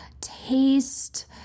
taste